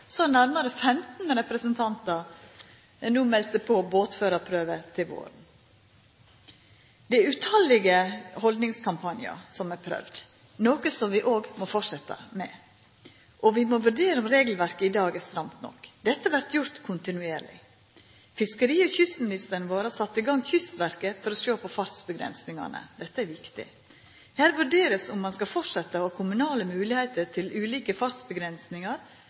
våren. Det er mange haldningskampanjar som har vore prøvde, noko som vi òg må fortsetja med. Vi må vurdera om regelverket i dag er stramt nok. Dette vert gjort kontinuerleg. Fiskeri- og kystministeren vår har sett i gang Kystverket for å sjå på fartsgrensene. Dette er viktig. Her vurderer ein om ein skal fortsetja med at ein kommunalt kan ha moglegheiter for ulike